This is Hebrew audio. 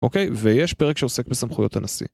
אוקיי ויש פרק שעוסק בסמכויות הנשיא